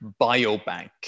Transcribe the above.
Biobank